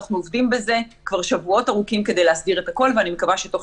אנחנו עובדים כבר שבועות ארוכים כדי להסדיר את הכול ואני מקווה שתוך